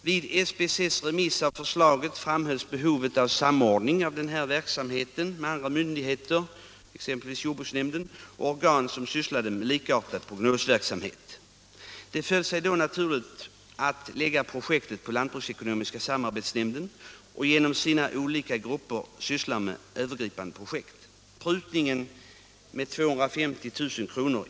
Vid remiss av SCB:s förslag framhölls behovet av samordning av den verksamheten med andra myndigheter, t.ex. jordbruksnämnden, och organ som sysslar med likartad prognosverksamhet. Det föll sig då naturligt att lägga projektet på lantbruksekonomiska samarbetsnämnden, som genom sina olika grupper sysslar med övergripande projekt. Prutningen med 250 000 kr.